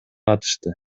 катышты